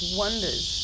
wonders